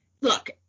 look